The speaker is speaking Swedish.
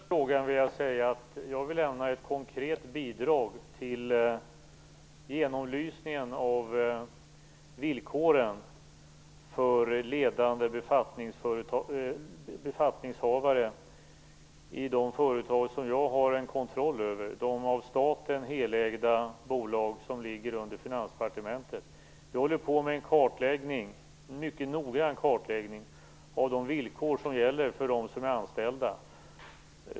Herr talman! Som svar på den sista frågan vill jag säga att jag vill lämna ett konkret bidrag till genomlysningen av villkoren för ledande befattningshavare i de företag som jag har kontroll över, de av staten helägda bolag som ligger under Finansdepartementet. Vi håller på med en mycket noggrann kartläggning av de villkor som gäller för dem som är anställda.